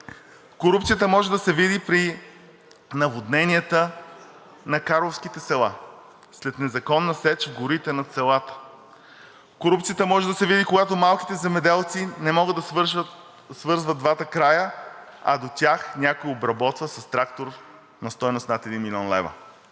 Корупцията може да се види при наводненията на карловските села след незаконна сеч в горите над селата. Корупцията може да се види, когато малките земеделци не могат да свързват двата края, а до тях някой обработва с трактор на стойност над 1 млн. лв.